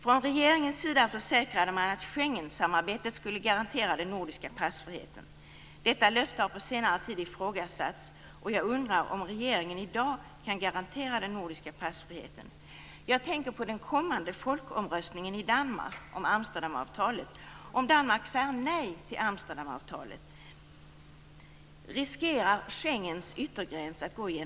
Från regeringens sida försäkrade man att Schengensamarbetet skulle garantera den nordiska passfriheten. Detta löfte har på senare tid ifrågasatts, och jag undrar om regeringen i dag kan garantera den nordiska passfriheten? Jag tänker på den kommande folkomröstningen i Danmark om Amsterdamavtalet.